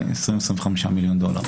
אני מניח שזה 25-20 מיליון דולר.